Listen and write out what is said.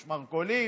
שמרכולים,